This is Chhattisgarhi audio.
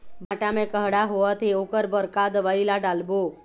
भांटा मे कड़हा होअत हे ओकर बर का दवई ला डालबो?